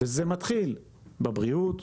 זה מתחיל בבריאות,